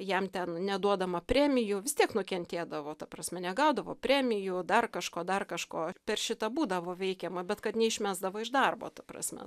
jam ten neduodama premijų vis tiek nukentėdavo ta prasme negaudavo premijų dar kažko dar kažko per šitą būdavo veikiama bet kad neišmesdavo iš darbo ta prasme